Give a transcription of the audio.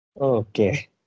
Okay